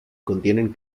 contienen